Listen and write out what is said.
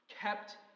kept